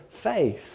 faith